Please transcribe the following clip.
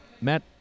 Matt